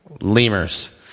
Lemurs